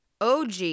OG